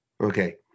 okay